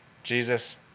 Jesus